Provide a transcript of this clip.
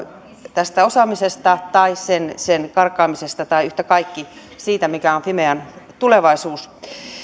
tästä osaamisesta tai sen sen karkaamisesta tai yhtä kaikki siitä mikä on fimean tulevaisuus